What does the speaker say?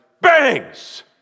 bangs